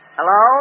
Hello